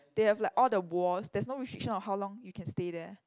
they have like all the walls there is no restriction of how long you can stay there